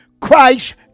Christ